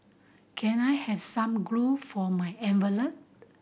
can I have some glue for my envelope